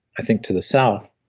i think to the south,